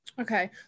Okay